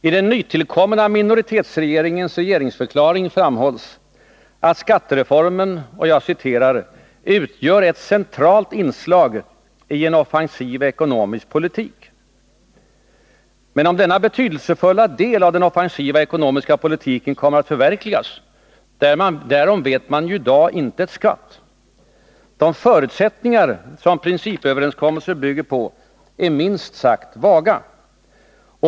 I den nytillkomna minoritetsregeringens regeringsförklaring framhålls: ”Skattereformen utgör ett centralt inslag i en offensiv ekonomisk politik.” Men om denna betydelsefulla del av den offensiva ekonomiska politiken kommer att förverkligas, därom vet man ju i dag inte ett skvatt. De förutsättningar som principöverenskommelsen bygger på är minst sagt vaga.